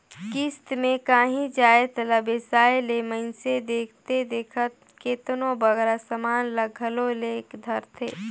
किस्त में कांही जाएत ला बेसाए ले मइनसे देखथे देखत केतनों बगरा समान ल घलो ले धारथे